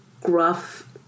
gruff